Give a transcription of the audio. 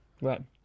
Right